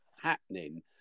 happening